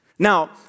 Now